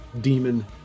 demon